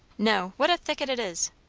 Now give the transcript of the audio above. no. what a thicket it is!